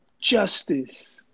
justice